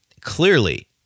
Clearly